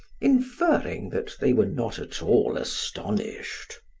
inferring that they were not at all astonished.